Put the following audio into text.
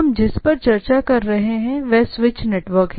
इसलिए हम जिस पर चर्चा कर रहे हैं वह एक स्विच नेटवर्क है